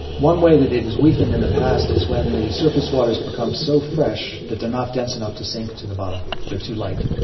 one way that it has weakened in the past is when the surface waters become so fresh that they are not dense enough to sink to the bottom, they are too light.